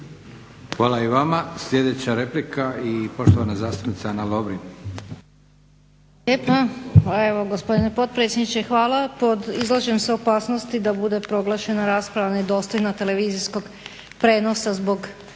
Hvala i vama. Sljedeća replika i poštovana zastupnica Ana Lovrin. **Lovrin, Ana (HDZ)** E pa, pa evo gospodine potpredsjedniče, hvala. Pod izlažem se opasnosti da bude proglašena rasprava, nedostojna televizijskog prijenosa, zbog